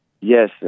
Yes